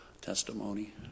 testimony